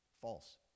False